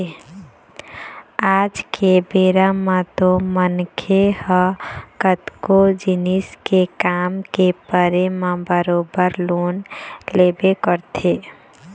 आज के बेरा म तो मनखे ह कतको जिनिस के काम के परे म बरोबर लोन लेबे करथे